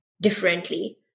differently